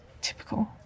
Typical